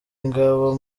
ingabo